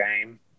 game